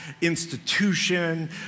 institution